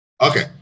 Okay